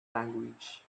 language